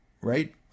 Right